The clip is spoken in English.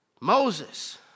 Moses